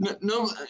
No